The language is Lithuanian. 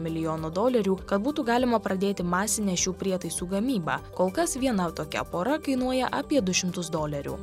milijono dolerių kad būtų galima pradėti masinę šių prietaisų gamybą kol kas viena tokia pora kainuoja apie du šimtus dolerių